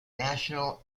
national